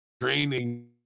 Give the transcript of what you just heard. training